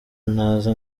naza